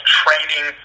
training